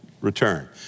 return